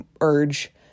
urge